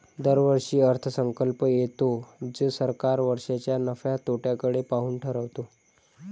दरवर्षी अर्थसंकल्प येतो जो सरकार वर्षाच्या नफ्या तोट्याकडे पाहून ठरवते